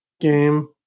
game